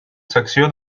secció